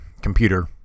computer